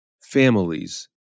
families